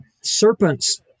serpents